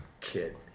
kid